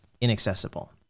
inaccessible